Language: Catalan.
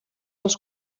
els